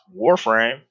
Warframe